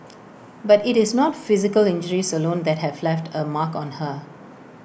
but IT is not physical injuries alone that have left A mark on her